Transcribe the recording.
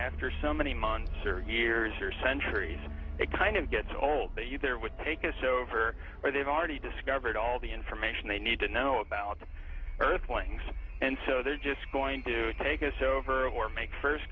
after so many months or years or centuries it kind of gets all that you there with take us over where they've already discovered all the information they need to know about the earthlings and so they're just going to take us over or make first